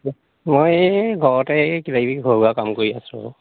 মই এই ঘৰতে এই কিবা কিবি ঘৰুৱা কাম কৰি আছোঁ